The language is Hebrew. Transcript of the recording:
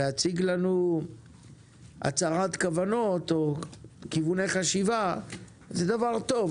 להציג לנו הצהרת כוונות או כיווני חשיבה זה דבר טוב,